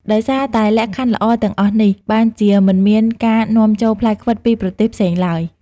ដោយសារតែលក្ខខណ្ឌល្អទាំងអស់នេះ បានជាមិនមានការនាំចូលផ្លែខ្វិតពីប្រទេសផ្សេងឡើយ។